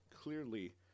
clearly